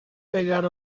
pegar